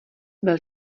byl